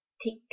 tick